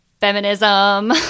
feminism